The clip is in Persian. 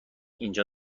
اینجا